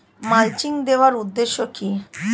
Mulching দেওয়ার উদ্দেশ্য কি?